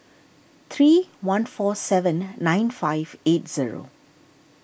three one four seven nine five eight zero